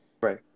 Right